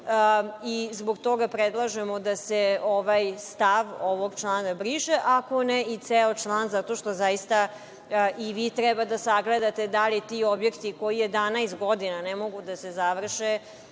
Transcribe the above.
Zbog toga predlažemo da se ovaj stav ovog člana briše, ako ne i ceo član, zato što zaista i vi treba da sagledate da li ti objekti, koji 11 godina ne mogu da se završe,